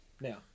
now